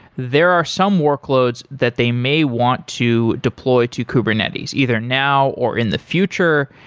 there are some workloads that they may want to deploy to kubernetes either now or in the future,